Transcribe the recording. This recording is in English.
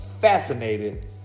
fascinated